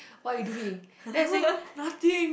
what you doing then I say nothing